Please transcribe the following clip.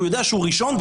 הוא יודע שהוא ראשון,